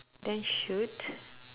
then shoot